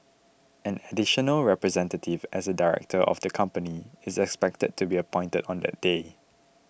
an additional representative as a director of the company is expected to be appointed on that day